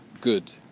good